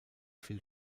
viel